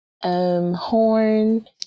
horn